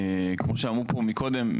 כמו שאמרו פה מקודם,